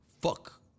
Fuck